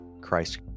Christ